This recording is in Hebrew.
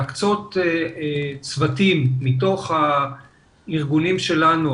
להקצות צוותים מתוך הארגונים שלנו,